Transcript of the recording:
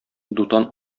дутан